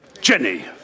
Jenny